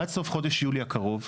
עד סוף חודש יולי הקרוב,